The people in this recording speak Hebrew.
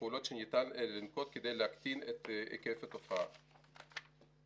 הפעולות שניתן לנקוט כדי להקטין את היקפה של תופעה זו.